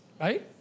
right